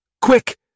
Quick